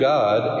God